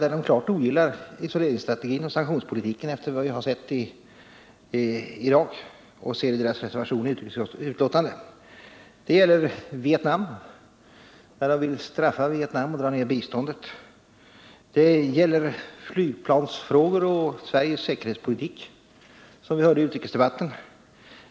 Moderaterna ogillar isoleringsstrategin och sanktionspolitiken — det framgår av deras inställning när det gäller Irak, och det framgår av deras reservation till utrikesutskottets betänkande. Det gäller Vietnam. De vill straffa Vietnam genom att dra ner biståndet. Det gäller flygplansfrågor och Sveriges säkerhetspolitik, som vi hörde i utrikesdebatten.